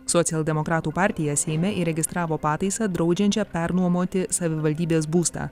socialdemokratų partija seime įregistravo pataisą draudžiančią pernuomoti savivaldybės būstą